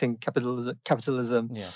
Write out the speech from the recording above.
capitalism